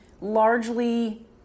largely